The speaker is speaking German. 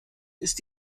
ist